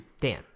Dan